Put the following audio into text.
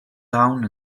down